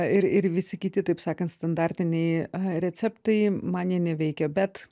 ir ir visi kiti taip sakant standartiniai receptai man jie neveikia bet